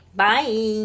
bye